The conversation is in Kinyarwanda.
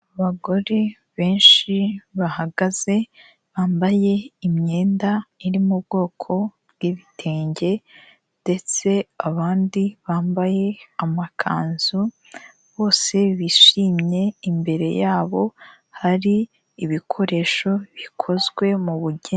Abagore benshi bahagaze bambaye imyenda iri mu bwoko bw'ibitenge ndetse abandi bambaye amakanzu, bose bishimye imbere yabo hari ibikoresho bikozwe mu bugeni.